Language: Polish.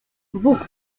bóg